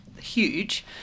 Huge